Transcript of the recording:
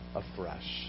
afresh